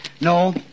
No